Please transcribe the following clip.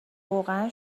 واقعا